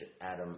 Adam